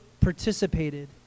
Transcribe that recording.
participated